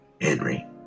Henry